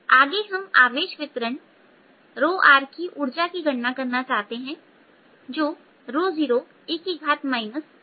आगे हम आवेश वितरण की ऊर्जा की गणना करना चाहते हैं जो 0e αrबराबर है